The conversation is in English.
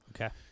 Okay